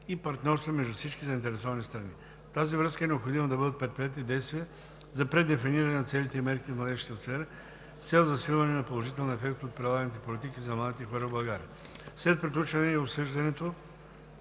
и партньорство между всички заинтересовани страни. В тази връзка е необходимо да бъдат предприети действия за предефиниране на целите и мерките в младежката сфера с цел засилване на положителния ефект от прилаганите политики за младите хора в България. След приключване на обсъждането